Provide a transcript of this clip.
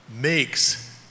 makes